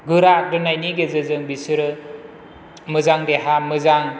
गोरा दोननायनि गेजेरजों बिसोरो मोजां देहा मोजां